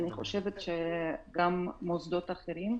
ואני חושבת שגם מוסדות אחרים,